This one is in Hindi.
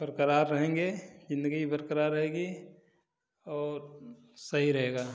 बरकरार रहेंगे जिंदगी बरकरार रहेगी और सही रहेगा